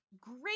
great